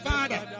Father